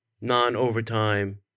non-overtime